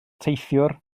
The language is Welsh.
teithiwr